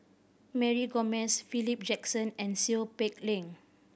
Mary Gomes Philip Jackson and Seow Peck Leng